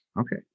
Okay